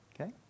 okay